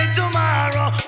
tomorrow